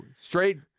straight